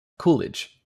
coolidge